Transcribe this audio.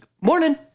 Morning